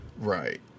Right